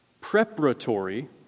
preparatory